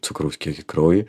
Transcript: cukraus kiekį kraujy